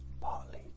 partly